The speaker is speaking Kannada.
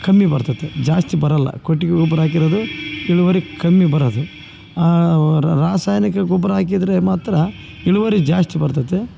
ಕಮ್ಮಿ ಬರ್ತತೆ ಜಾಸ್ತಿ ಬರೋಲ್ಲ ಕೊಟ್ಟಿಗೆ ಗೊಬ್ಬರ ಹಾಕಿರೋದು ಇಳುವರಿ ಕಮ್ಮಿ ಬರೋದು ಆ ವಾ ರಾಸಾಯನಿಕ ಗೊಬ್ಬರ ಹಾಕಿದ್ರೆ ಮಾತ್ರ ಇಳುವರಿ ಜಾಸ್ತಿ ಬರ್ತತೆ